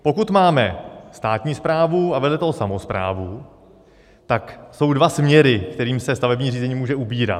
Pokud máme státní správu a vedle toho samosprávu, tak jsou dva směry, kterými se stavební řízení může ubírat.